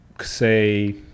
say